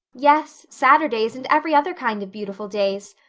yes, saturdays, and every other kind of beautiful days.